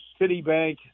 Citibank